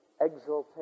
exaltation